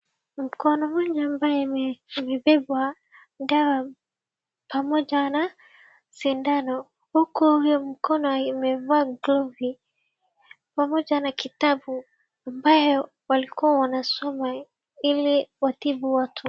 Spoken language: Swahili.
Mkono mwenye ambaye imebebwa dawa pamoja na sindano huku huyo mkono imevaa glovu pamoja na kitabu ambayo walikua wanasoma ili watibu watu.